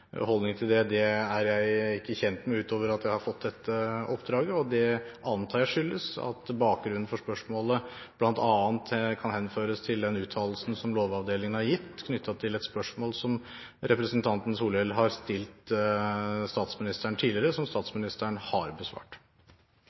holdning til det, er jeg ikke kjent med utover at jeg har fått dette oppdraget. Jeg antar at det skyldes at bakgrunnen for spørsmålet bl.a. kan henføres til den uttalelsen som Lovavdelingen har gitt, knyttet til et spørsmål som representanten Solhjell har stilt statsministeren tidligere, som statsministeren har besvart.